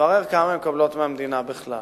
תברר כמה הן מקבלות מהמדינה בכלל.